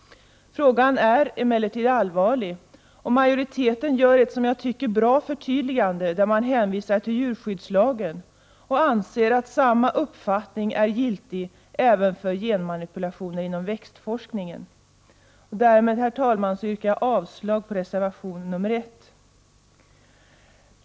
Frågan är emellertid allvarlig, och jag tycker att majoriteten gör ett bra förtydligande, när den hänvisar till djurskyddslagen och anser att samma uppfattning är giltig även för genmanipulation inom växtforskning. Därmed, herr talman, yrkar jag avslag på reservation nr 1.